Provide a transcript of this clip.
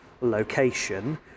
location